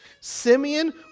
Simeon